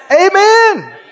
Amen